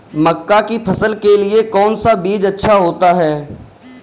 मक्का की फसल के लिए कौन सा बीज अच्छा होता है?